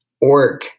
org